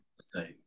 say